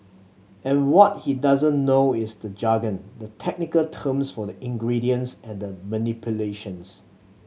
and what he doesn't know is the jargon the technical terms for the ingredients and the manipulations